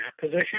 position